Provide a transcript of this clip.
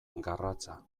garratza